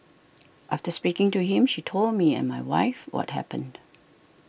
after speaking to him she told me and my wife what happened